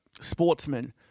sportsman